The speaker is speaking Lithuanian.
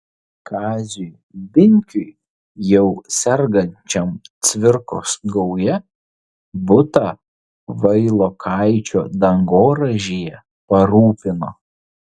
kaziui binkiui jau sergančiam cvirkos gauja butą vailokaičio dangoraižyje parūpino